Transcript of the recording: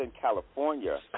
California